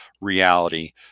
reality